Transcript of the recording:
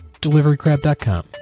DeliveryCrab.com